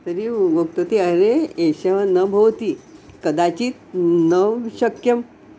तर्हि अहम् उक्तवती अरे एषः न भवति कदाचित् न शक्यम्